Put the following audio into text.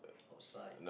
outside